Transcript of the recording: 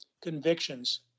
convictions